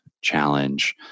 challenge